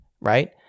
right